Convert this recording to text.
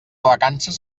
vacances